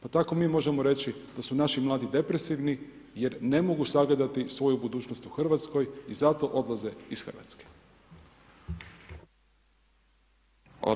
Pa tako mi možemo reći da su naši mladi depresivni jer ne mogu sagledati svoju budućnost u Hrvatskoj i zato odlaze iz Hrvatske.